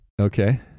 Okay